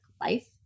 life